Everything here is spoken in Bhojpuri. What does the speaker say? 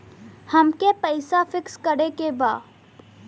अमके पैसा फिक्स करे के बा?